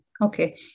okay